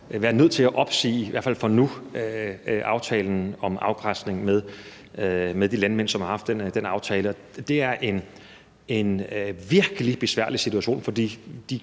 været nødt til i hvert fald for nu at opsige aftalen om afgræsning med de landmænd, som har haft den aftale. Det er en virkelig besværlig situation, for